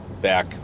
back